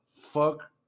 Fuck